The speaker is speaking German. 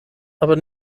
aber